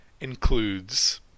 includes